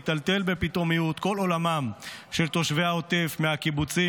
היטלטל בפתאומיות כל עולמם של תושבי העוטף מהקיבוצים